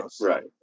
right